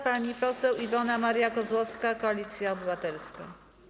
Pani poseł Iwona Maria Kozłowska, Koalicja Obywatelska.